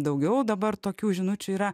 daugiau dabar tokių žinučių yra